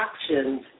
actions